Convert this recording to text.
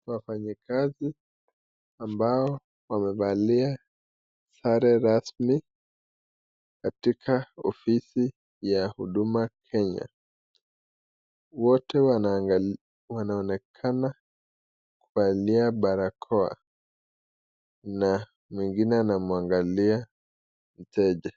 Wafanyikazi ambao wamevalia sare rasmi katika ofisi ya huduma Kenya. Wote wanaonekana kuvalia barakoa na mwingine anamuangalia mteja.